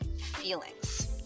feelings